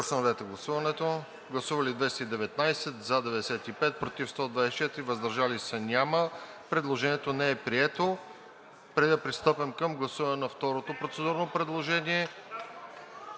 Предложението не е прието.